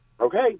Okay